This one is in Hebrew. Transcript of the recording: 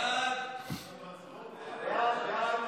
תקנות סמכויות